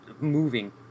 moving